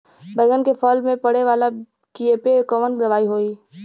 बैगन के फल में पड़े वाला कियेपे कवन दवाई होई?